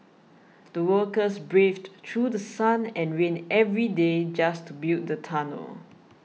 the workers braved through sun and rain every day just to build the tunnel